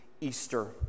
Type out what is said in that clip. easter